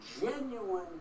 genuine